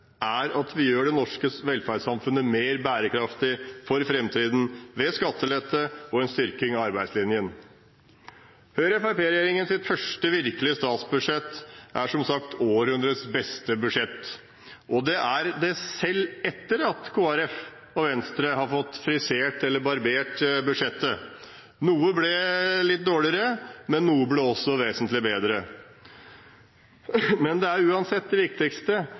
er at vi gjør det norske velferdssamfunnet mer bærekraftig for framtiden, ved skattelette og en styrking av arbeidslinjen. Høyre–Fremskrittsparti-regjeringens første virkelige statsbudsjett er som sagt århundrets beste budsjett – selv etter at Kristelig Folkeparti og Venstre har fått «barbert» budsjettet. Noe ble litt dårligere, men noe ble også vesentlig bedre. Det viktigste er uansett at de store linjene ligger fast. Det viktigste